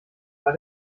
war